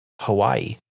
Hawaii